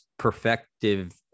perfective